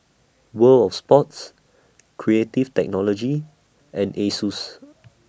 World of Sports Creative Technology and Asus